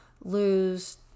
lose